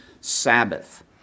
Sabbath